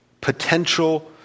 potential